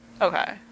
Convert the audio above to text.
Okay